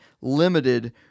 limited